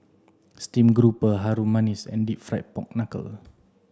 steamed grouper Harum Manis and deep fried pork knuckle